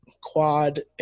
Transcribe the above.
quad